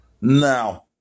Now